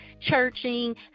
churching